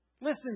Listen